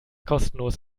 kostenlos